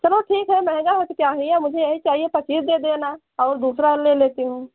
चलो ठीक है महँगा है तो क्या हुआ मुझे यह चाहिए पच्चीस दे देना और दूसरा ले लेती हूँ